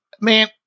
man